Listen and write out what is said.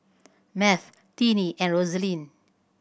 Math Tinnie and Rosalind